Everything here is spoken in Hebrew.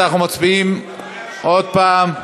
אנחנו מצביעים עוד פעם.